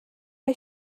mae